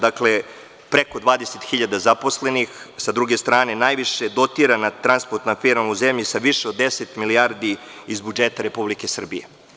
Znači, preko 20.000 zaposlenih, sa druge strane, najviše dotirana transportna firma u zemlji, sa više od 10 milijardi iz budžeta Republike Srbije.